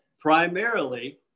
primarily